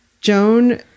Joan